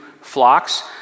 flocks